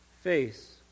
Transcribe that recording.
face